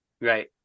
Right